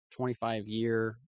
25-year